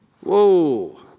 whoa